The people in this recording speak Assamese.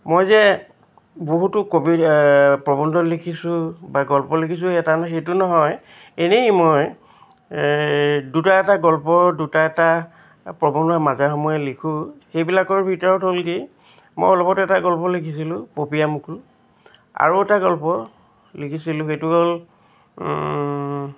মই যে বহুতো কবি প্ৰবন্ধ লিখিছোঁ বা গল্প লিখিছোঁ এটা সেইটো নহয় এনেই মই দুটা এটা গল্প দুটা এটা প্ৰৱন্ধ মাজে সময়ে লিখোঁ সেইবিলাকৰ ভিতৰত হ'ল কি মই অলপতে এটা গল্প লিখিছিলোঁ পপীয়া মুকুল আৰু এটা গল্প লিখিছিলোঁ সেইটো হ'ল